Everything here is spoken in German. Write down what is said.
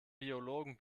biologen